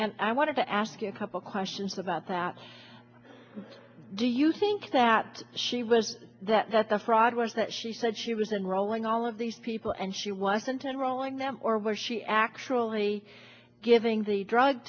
and i want to ask you a couple questions about that do you think that she was that the fraud was that she said she was enrolling all of these people and she wasn't enrolling them or were she actually giving the drug